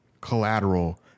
collateral